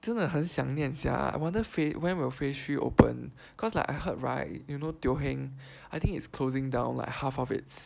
真的很想念 sia I wonder phase when will phase three open cause like I heard right you know teo heng I think it's closing down like half of its